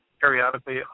periodically